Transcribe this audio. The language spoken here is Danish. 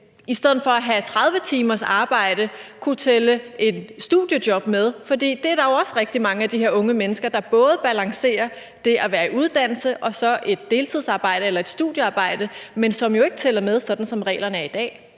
i stedet for at have 30 timers arbejde kunne tælle et studiejob med? For der er jo også rigtig mange af de her unge mennesker, der både balancerer det at være i uddannelse og så at have et deltidsarbejde eller et studiearbejde, som jo ikke tæller med, sådan som reglerne er i dag.